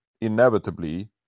inevitably